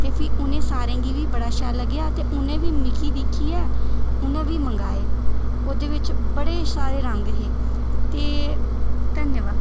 ते फ्ही उ'नें सारें गी बी बड़ा शैल लग्गेआ ते उ'नें बी मिगी दिक्खियै उ'नें बी मंगाए ओह्दे बिच बड़े सारे रंग हे ते धन्नवाद